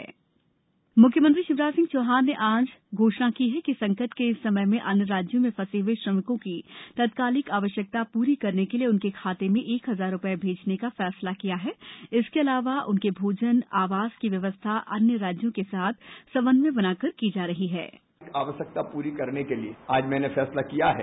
शिवराज मदद मुख्यमंत्री शिवराज सिंह चौहान ने आज घोषणा की कि संकट के इस समय में अन्य राज्यों में फंसे हए श्रमिकों की तात्कालिक आवश्यकता पूरी करने के लिए उनके खाते में एक हजार रुपए भेजने का फैसला किया है इसके अलावा उनके भोजन य आवास की व्यवस्था अन्य राज्यों के साथ समन्यय बनाकर की जा रही है